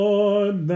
Lord